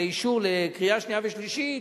לאישור בקריאה שנייה ושלישית,